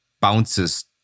bounces